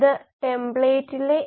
ഇത് S0 C D എന്നിവയുടെ d d t ആണ്